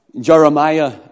Jeremiah